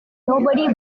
nobody